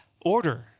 order